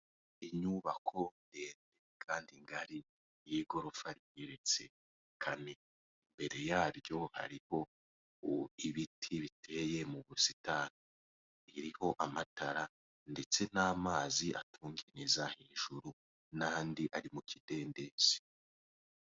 Inyubako ndende kandi ngari, y'igorofa rigeretse kane. Imbere yaryo hariho ibiti biteye mu busitani. Iriho amatara ndetse n'amazi atungereza hejuru, n'andi ari mu kidendezi,